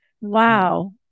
Wow